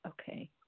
okay